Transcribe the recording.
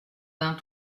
vingt